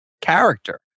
character